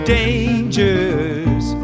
dangers